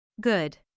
Good